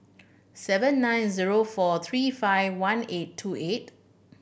seven nine zero four three five one eight two eight